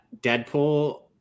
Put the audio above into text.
Deadpool